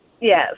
Yes